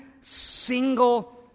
single